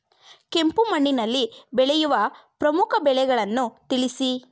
ಕೆಂಪು ಮಣ್ಣಿನಲ್ಲಿ ಬೆಳೆಯುವ ಪ್ರಮುಖ ಬೆಳೆಗಳನ್ನು ತಿಳಿಸಿ?